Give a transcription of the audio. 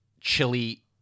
chili